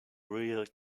real